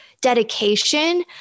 dedication